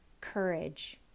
Courage